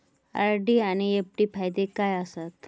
RD आनि FD फायदे काय आसात?